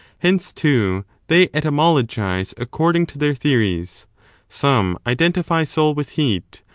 hence, too, they etymologise according to their theories some identify soul with heat,